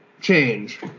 change